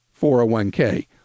401k